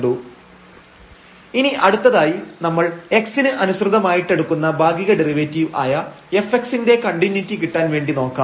fxxy x3 cos⁡1x2 x≠00 x0┤ ഇനി അടുത്തതായി നമ്മൾ x ന് അനുസൃതമായിട്ടെടുക്കുന്ന ഭാഗിക ഡെറിവേറ്റീവ് ആയ fx ന്റെ കണ്ടിന്യൂയിറ്റി കിട്ടാൻ വേണ്ടി നോക്കാം